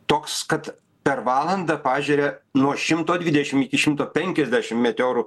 toks kad per valandą pažeria nuo šimto dvidešim iki šimto penkiasdešim meteorų